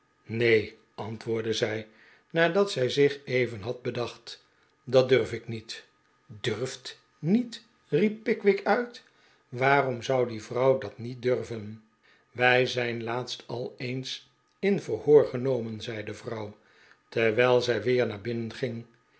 neen antwoordde zij nadat zij zich even had bedacht dat durf tk riiet durft niet riep pickwick uit waarom zou die vrouw dat niet durven wij zijn laatst al eens in verhoor genomen zei de vrouw terwijl zij weer naar binnen ging